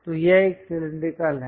तो यह एक सिलैंडरिकल है